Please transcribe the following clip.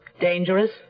Dangerous